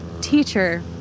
teacher